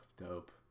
dope